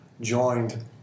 joined